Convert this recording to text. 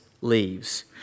leaves